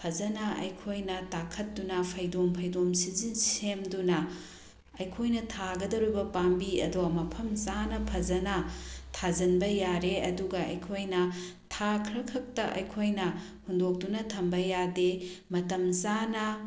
ꯐꯖꯅ ꯑꯩꯈꯣꯏꯅ ꯇꯥꯛꯈꯠꯇꯨꯅ ꯐꯩꯗꯣꯝ ꯐꯩꯗꯣꯝ ꯁꯦꯝꯗꯨꯅ ꯑꯩꯈꯣꯏꯅ ꯊꯥꯒꯗꯧꯔꯤꯕ ꯄꯥꯝꯕꯤ ꯑꯗꯣ ꯃꯐꯝ ꯆꯥꯅ ꯐꯖꯅ ꯊꯥꯖꯤꯟꯕ ꯌꯥꯔꯦ ꯑꯗꯨꯒ ꯑꯩꯈꯣꯏꯅ ꯊꯥ ꯈꯔꯈꯛꯇ ꯑꯩꯈꯣꯏꯅ ꯍꯨꯟꯗꯣꯛꯇꯨꯅ ꯊꯝꯕ ꯌꯥꯗꯦ ꯃꯇꯝ ꯆꯥꯅ